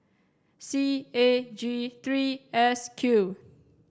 C A G three S Q